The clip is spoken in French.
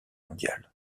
mondiale